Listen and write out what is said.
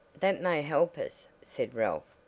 that may help us, said ralph.